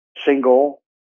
single